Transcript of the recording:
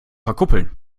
verkuppeln